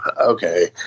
okay